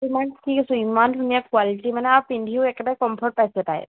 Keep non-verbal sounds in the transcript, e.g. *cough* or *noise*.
ইমান কিউট *unintelligible* ইমান ধুনীয়া কোৱালিটি মানে আৰু পিন্ধিও একেবাৰে কমফৰ্ট পাইছে তাই